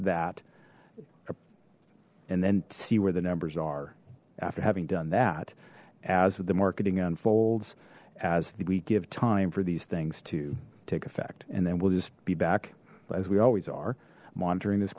that and then see where the numbers are after having done that as with the marketing unfolds as we give time for these things to take effect and then we'll just be back as we always are monitoring this